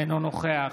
אינו נוכח